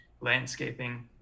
landscaping